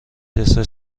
دسر